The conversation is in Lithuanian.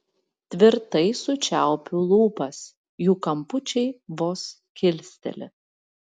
tvirtai sučiaupiu lūpas jų kampučiai vos kilsteli